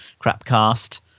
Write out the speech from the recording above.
Crapcast